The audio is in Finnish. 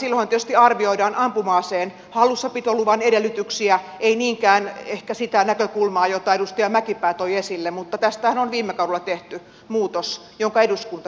silloinhan tietysti arvioidaan ampuma aseen hallussapitoluvan edellytyksiä ei niinkään ehkä sitä näkökulmaa jota edustaja mäkipää toi esille mutta tästähän on viime kaudella tehty muutos jonka eduskunta silloin siunasi